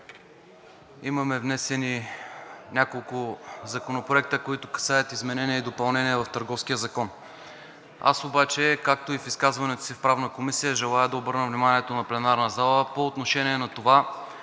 Имаме внесени няколко законопроекта, които касаят изменения и допълнения в Търговския закон. Обаче, както и в изказването си в Правната комисия, желая да обърна вниманието на пленарната зала по отношение на това,